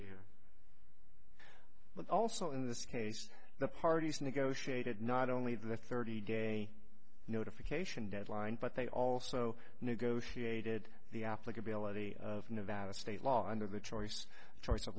here but also in this case the parties negotiated not only the thirty day notification deadline but they also negotiated the applicability of nevada state law under the choice the choice of